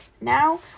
now